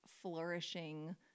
flourishing